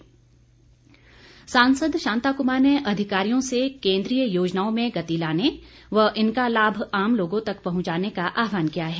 शांता कुमार सांसद शांता कुमार ने अधिकारियों से केन्द्रीय योजनाओं में गति लाने व इनका लाभ आम लोगों तक पहुंचाने का आहवान किया है